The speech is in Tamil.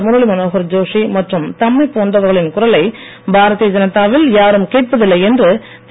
முரளிமனோனகர் ஜோஷி மற்றும் தம்மைப் போன்றவர்களின் குரலை பாரதிய ஜனதாவில் யாரும் கேட்பதில்லை என்று திரு